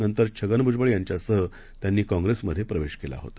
नंतरछगनभुजबळयांच्यासहत्यांनीकाँग्रेसमध्येप्रवेशकेलाहोता